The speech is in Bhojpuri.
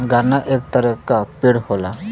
गन्ना एक तरे क पेड़ होला